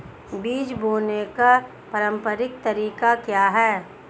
बीज बोने का पारंपरिक तरीका क्या है?